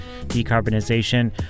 decarbonization